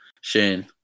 Shane